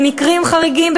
במקרים חריגים,